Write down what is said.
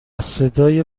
صدای